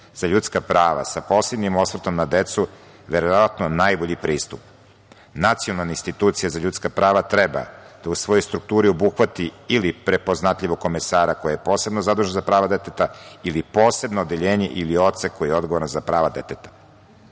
za ljudska prava, sa posebni osvrtom na decu, verovatno najbolji pristup. Nacionalna institucija za ljudska prava treba da u svojoj strukturi obuhvati ili prepoznatljivog komesara koji je posebno zadužen za prava deteta ili posebno odeljenje ili odsek koji je odgovoran za prava deteta.Zašto